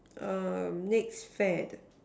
um next fad